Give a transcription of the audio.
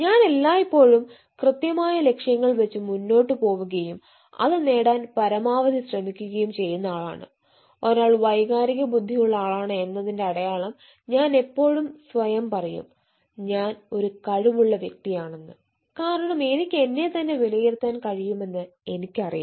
ഞാൻ എല്ലായ്പ്പോഴും കൃത്യമായ ലക്ഷ്യങ്ങൾ വെച്ച് മുന്നോട്ടു പോവുകയും അത് നേടാൻ പരമാവധി ശ്രമിക്കുകയും ചെയ്യുന്ന ആളാണ് ഒരാൾ വൈകാരിക ബുദ്ധിയുള്ള ആളാണ് എന്നതിന്റെ അടയാളം ഞാൻ എപ്പോഴും സ്വായം പറയും ഞാൻ ഒരു കഴിവുള്ള വ്യക്തിയാണെന്ന് കാരണം എനിക്ക് എന്നെത്തന്നെ വിലയിരുത്താൻ കഴിയുമെന്ന് എനിക്കറിയാം